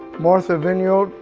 martha vigneault,